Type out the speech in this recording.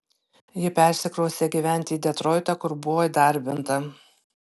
ji persikraustė gyventi į detroitą kur buvo įdarbinta